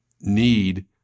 need